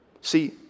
See